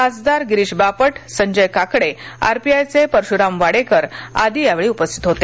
खासदार गिरीश बापट संजय काकडे आरपीआयचे परश्राम वाडेकर आदी यावेळी उपस्थित होते